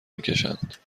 میکشند